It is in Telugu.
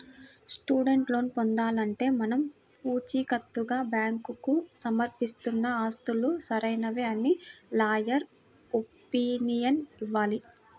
స్టూడెంట్ లోన్ పొందాలంటే మనం పుచీకత్తుగా బ్యాంకుకు సమర్పిస్తున్న ఆస్తులు సరైనవే అని లాయర్ ఒపీనియన్ ఇవ్వాలి